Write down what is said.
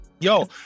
Yo